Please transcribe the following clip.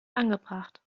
angebracht